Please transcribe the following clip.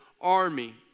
army